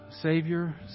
Savior